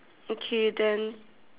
okay then